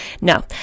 No